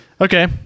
okay